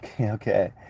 okay